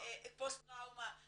פוסט טראומה.